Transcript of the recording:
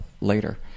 later